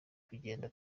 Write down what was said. kugenda